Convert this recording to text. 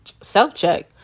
self-check